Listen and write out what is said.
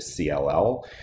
CLL